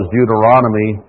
Deuteronomy